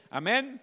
amen